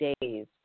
days